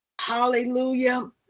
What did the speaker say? Hallelujah